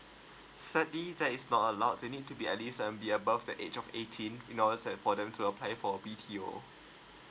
sadly that is not allowed they need to be at least um above the age of eighteen in order for them to apply for a B_T_O